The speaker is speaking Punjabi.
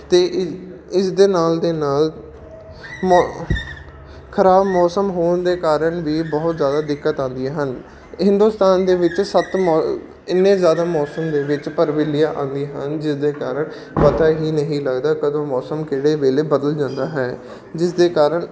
ਅਤੇ ਇ ਇਸ ਦੇ ਨਾਲ ਦੇ ਨਾਲ ਮੋ ਖਰਾਬ ਮੌਸਮ ਹੋਣ ਦੇ ਕਾਰਨ ਵੀ ਬਹੁਤ ਜ਼ਿਆਦਾ ਦਿੱਕਤ ਆਉਂਦੀਆਂ ਹਨ ਹਿੰਦੁਸਤਾਨ ਦੇ ਵਿੱਚ ਸੱਤ ਮੋ ਇੰਨੇ ਜ਼ਿਆਦਾ ਮੌਸਮ ਦੇ ਵਿੱਚ ਭਰਵੀਲੀਆਂ ਆਉਂਦੀਆਂ ਹਨ ਜਿਸਦੇ ਕਾਰਨ ਪਤਾ ਹੀ ਨਹੀਂ ਲੱਗਦਾ ਕਦੋਂ ਮੌਸਮ ਕਿਹੜੇ ਵੇਲੇ ਬਦਲ ਜਾਂਦਾ ਹੈ ਜਿਸਦੇ ਕਾਰਨ